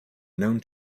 known